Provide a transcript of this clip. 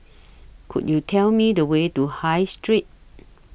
Could YOU Tell Me The Way to High Street